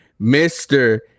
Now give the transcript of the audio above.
mr